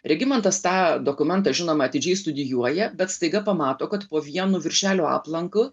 regimantas tą dokumentą žinoma atidžiai studijuoja bet staiga pamato kad po vienu viršelio aplanku